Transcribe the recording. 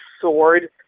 sword